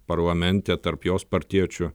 parlamente tarp jos partiečių